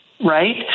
Right